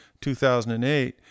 2008